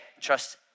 trust